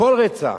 כל רצח,